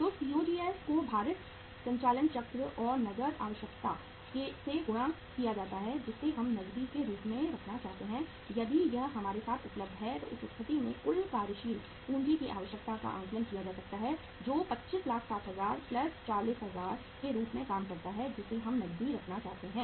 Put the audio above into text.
तो COGS को भारित संचालन चक्र और नकद आवश्यकता से गुणा किया जाता है जिसे हम नकदी के रूप में रखना चाहते हैं यदि यह हमारे साथ उपलब्ध है तो उस स्थिति में कुल कार्यशील पूंजी की आवश्यकता का आकलन किया जा सकता है जो 2560000 40000 के रूप में काम करता है जिसे हम नकदी रखना चाहते हैं